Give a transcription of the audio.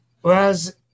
whereas